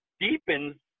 deepens